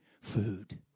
food